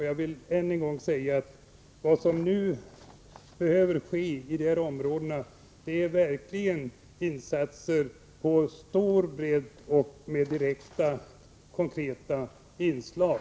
Jag vill än en gång säga att det nu verkligen behöver göras insatser i dessa områden, insatser med stor bredd och med direkta konkreta inslag.